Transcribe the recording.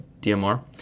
DMR